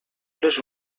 les